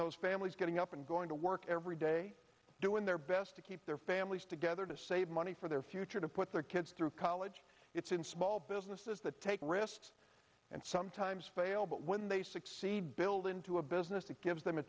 those families getting up and going to work every day doing their best to keep their families together to save money for their future to put their kids through college it's in small businesses that take risks and sometimes fail but when they succeed build into a business that gives them a